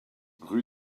rue